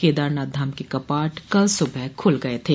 केदारनाथ धाम के कपाट कल सुबह खुल गये थे